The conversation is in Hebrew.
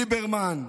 ליברמן,